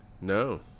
No